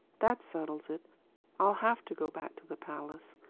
that settles it i'll have to go back to the palace.